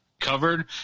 covered